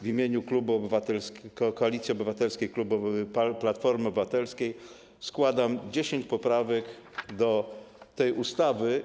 W imieniu klubu Koalicji Obywatelskiej - Platformy Obywatelskiej składam 10 poprawek do tej ustawy.